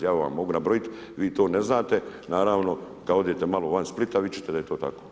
Ja vam ih mogu nabrojiti, vi to ne znate, naravno kada odete malo van Splita vidjet ćete da je to tako.